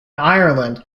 ireland